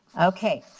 okay,